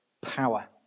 power